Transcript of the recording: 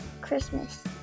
Christmas